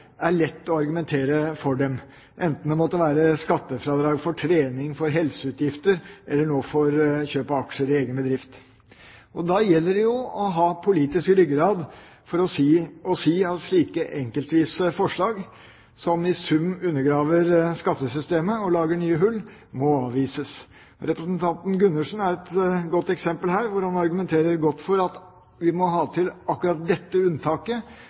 er lett å argumentere for dem, enten det måtte være skattefradrag for trening, for helseutgifter eller nå for kjøp av aksjer i egen bedrift. Da gjelder det å ha politisk ryggrad og si at slike enkeltvise forslag som i sum undergraver skattesystemet og lager nye hull, må avvises. Representanten Gundersen er et godt eksempel her når han argumenterer godt for at vi må ha akkurat dette unntaket,